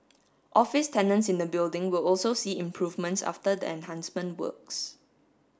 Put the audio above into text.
office tenants in the building will also see improvements after the enhancement works